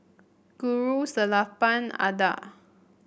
Guru Sellapan Atal